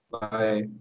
Bye